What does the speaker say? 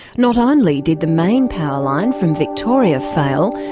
not only did the main powerline from victoria fail,